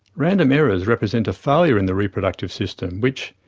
random errors represent a failure in the reproductive system, which,